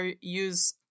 use